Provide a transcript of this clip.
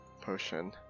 potion